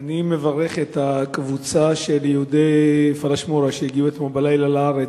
אני מברך את הקבוצה של יהודי הפלאשמורה שהגיעו אתמול בלילה לארץ,